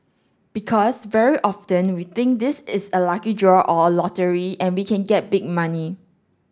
because very often we think this is a lucky draw or lottery and we can get big money